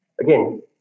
again